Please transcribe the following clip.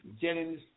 Jennings